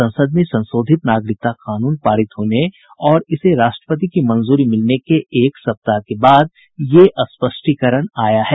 संसद में संशोधित नागरिकता कानून पारित होने और इसे राष्ट्रपति की मंजूरी मिलने के एक सप्ताह के बाद यह स्पष्टीकरण आया है